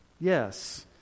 yes